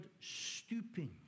stooping